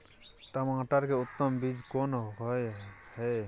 टमाटर के उत्तम बीज कोन होय है?